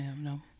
no